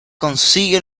consigue